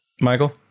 Michael